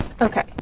Okay